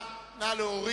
ירים את ידו.